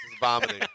vomiting